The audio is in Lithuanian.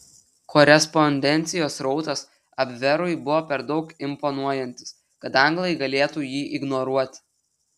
korespondencijos srautas abverui buvo per daug imponuojantis kad anglai galėtų jį ignoruoti